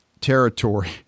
territory